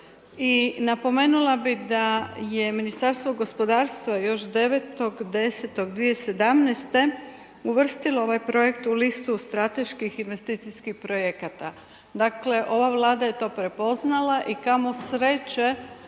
i napomenula bi da je Ministarstvo gospodarstva još 9.10.2017. uvrstilo ovaj projekt u listu strateških investicijskih projekata. Dakle, ova Vlada je to prepoznala i kamo sreće